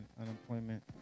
unemployment